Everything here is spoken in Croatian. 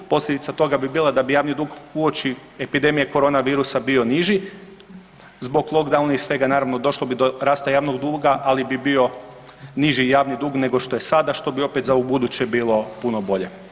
Posljedica toga bi bila da bi javni dug uoči epidemije corona virusa bio niži zbog lockdowna i svega naravno došlo bi do rasta javnog duga, ali bi bio niži javni dug nego što je sada što bi opet za u buduće bilo puno bolje.